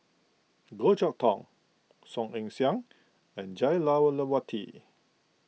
Goh Chok Tong Song Ong Siang and Jah Lelawati